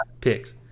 picks